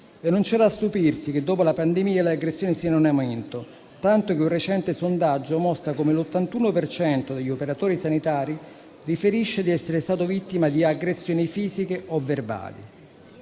Non c'è da stupirsi se, dopo la pandemia, le aggressioni siano in aumento, tanto che un recente sondaggio mostra come l'81 per cento degli operatori sanitari riferisce di essere stato vittima di aggressioni fisiche o verbali.